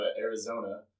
Arizona